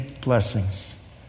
blessings